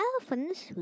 elephants